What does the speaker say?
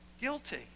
Guilty